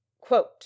Quote